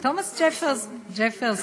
ג'פרסון, תומס ג'פרסון.